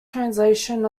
translation